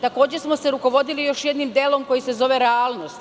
Takođe smo se rukovodili još jednim delom koji se zove realnost.